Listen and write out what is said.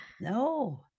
No